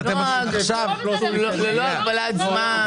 בטח שיש, ללא הגבלת זמן.